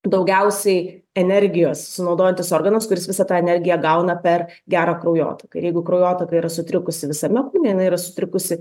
daugiausiai energijos sunaudojantis organas kuris visą tą energiją gauna per gerą kraujotaką ir jeigu kraujotaka ir sutrikusi visame kūne jinai yra sutrikusi